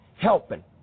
helping